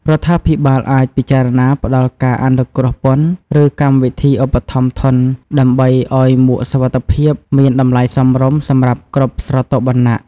រដ្ឋាភិបាលអាចពិចារណាផ្ដល់ការអនុគ្រោះពន្ធ ឬកម្មវិធីឧបត្ថម្ភធន ដើម្បីឱ្យមួកសុវត្ថិភាពមានតម្លៃសមរម្យសម្រាប់គ្រប់ស្រទាប់វណ្ណៈ។